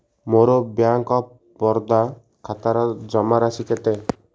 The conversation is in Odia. ମୋର ବ୍ୟାଙ୍କ ଅଫ୍ ବରୋଦା ଖାତାର ଜମାରାଶି କେତେ